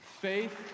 Faith